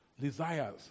desires